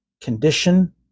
condition